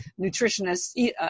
nutritionists